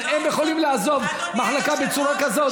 הם יכולים לעזוב מחלקה בצורה כזאת?